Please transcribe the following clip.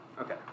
Okay